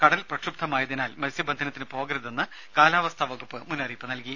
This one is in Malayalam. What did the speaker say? കടൽ പ്രക്ഷുബ്ധമായതിനാൽ മത്സ്യബന്ധനത്തിന് പോകരുതെന്ന് കാലാവസ്ഥാ വകുപ്പ് മുന്നറിയിപ്പ് നൽകി